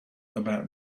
about